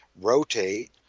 rotate